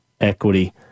equity